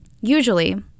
usually